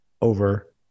over